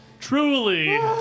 truly